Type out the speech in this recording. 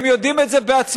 הם יודעים את זה בעצמם.